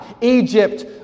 egypt